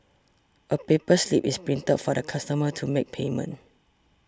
a paper slip is printed for the customer to make payment